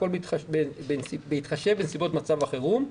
הכול בהתחשב בנסיבות מצב החירום.